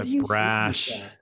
Brash